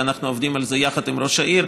ואנחנו עובדים על זה יחד עם ראש העיר,